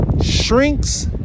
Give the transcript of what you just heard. shrinks